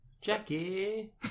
jackie